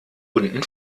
unten